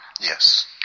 Yes